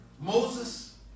Moses